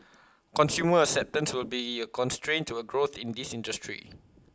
consumer acceptance will be A constraint to A growth in this industry